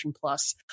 plus